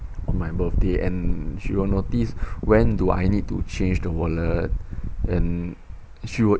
on my birthday and she will notice when do I need to change the wallet and she would